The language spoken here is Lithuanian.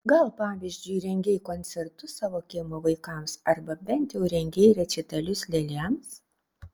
gal pavyzdžiui rengei koncertus savo kiemo vaikams arba bent jau rengei rečitalius lėlėms